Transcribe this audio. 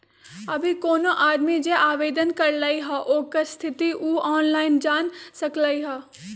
अभी कोनो आदमी जे आवेदन करलई ह ओकर स्थिति उ ऑनलाइन जान सकलई ह